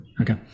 okay